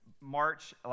march